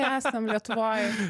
esam lietuvoj